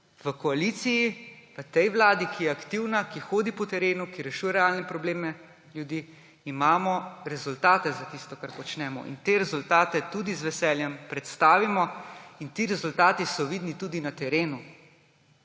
v koaliciji, v tej vladi, ki je aktivna, ki hodi po terenu, ki rešuje realne probleme ljudi, imamo rezultate za tisto, kar počnemo, in te rezultate tudi z veseljem predstavimo in ti rezultati so vidni tudi na terenu.